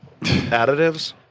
Additives